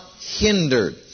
hindered